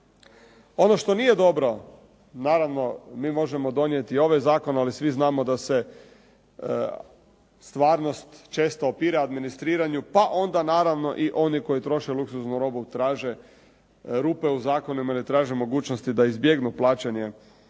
Ono što nije dobro, naravno mi možemo donijeti ovaj zakon, ali svi znamo da se stvarnost često opire administriranju pa onda naravno i oni koji troše luksuznu robu traže rupe u zakonima ili traže mogućnosti da izbjegnu plaćanje